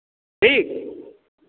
ठीक